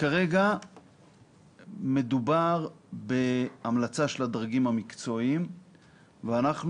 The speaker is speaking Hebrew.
כרגע מדובר בהמלצה של הדרגים המקצועיים ואנחנו